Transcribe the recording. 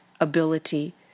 ability